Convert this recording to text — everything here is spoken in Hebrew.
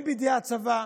הן בידי הצבא,